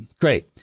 Great